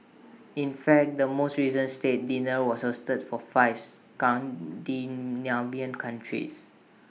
in fact the most recent state dinner was hosted for five Scandinavian countries